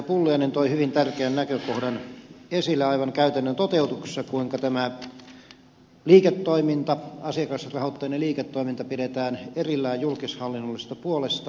pulliainen toi hyvin tärkeän näkökohdan esille aivan käytännön toteutuksessa kuinka asiakasrahoitteinen liiketoiminta pidetään erillään julkishallinnollisesta puolesta